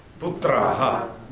putraha